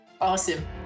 Awesome